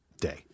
day